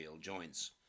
joints